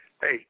Hey